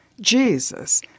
Jesus